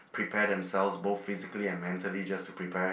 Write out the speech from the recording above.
prepare themselves both physically and mentally just prepare